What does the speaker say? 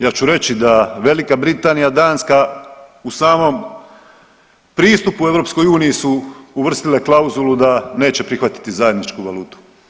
Ja ću reći da Velika Britanija i Danska u samom pristupu EU su uvrstile klauzulu da neće prihvatiti zajedničku valutu.